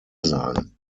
sein